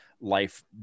life